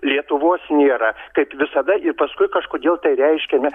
lietuvos nėra kaip visada ir paskui kažkodėl tai reiškiame